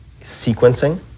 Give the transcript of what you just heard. sequencing